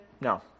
no